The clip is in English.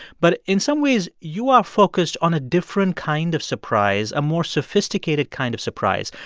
but in some ways, you are focused on a different kind of surprise, a more sophisticated kind of surprise.